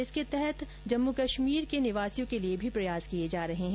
इसके तहत जम्मू कश्मीर के निवासियों के लिए भी प्रयास किए जा रहे हैं